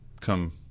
come